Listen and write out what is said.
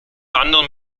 anderen